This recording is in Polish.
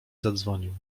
zadzwonił